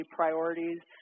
priorities